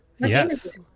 Yes